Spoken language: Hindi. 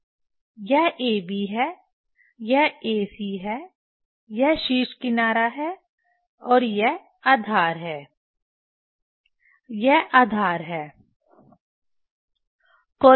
यह AB है यह AC है यह शीर्ष किनारा है और यह आधार है यह आधार है